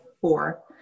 four